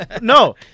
No